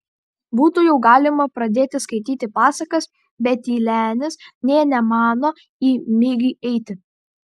būtų jau galima pradėti skaityti pasakas bet tylenis nė nemano į migį eiti